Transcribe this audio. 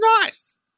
nice